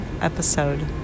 episode